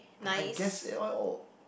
I guess all all